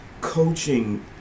coaching